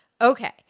okay